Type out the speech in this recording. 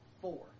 four